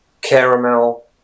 caramel